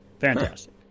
Fantastic